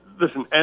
listen